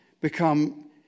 become